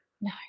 No